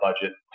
budget